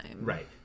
Right